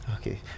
Okay